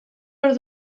per